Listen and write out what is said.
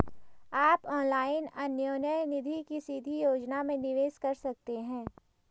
आप ऑनलाइन अन्योन्य निधि की सीधी योजना में निवेश कर सकते हैं